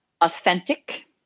Authentic